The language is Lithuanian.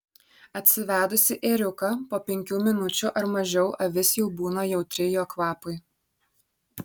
atsivedusi ėriuką po penkių minučių ar mažiau avis jau būna jautri jo kvapui